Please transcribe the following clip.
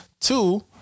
Two